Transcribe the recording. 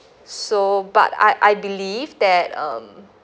so but I I believe that um